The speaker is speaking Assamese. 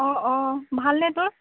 অ অ ভালনে তোৰ